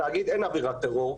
בתאגיד אין אווירת טרור.